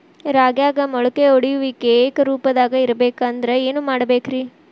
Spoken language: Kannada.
ರಾಗ್ಯಾಗ ಮೊಳಕೆ ಒಡೆಯುವಿಕೆ ಏಕರೂಪದಾಗ ಇರಬೇಕ ಅಂದ್ರ ಏನು ಮಾಡಬೇಕ್ರಿ?